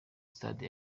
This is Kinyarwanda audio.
stade